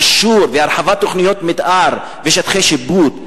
אישור והרחבת תוכניות מיתאר בשטחי שיפוט.